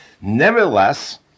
Nevertheless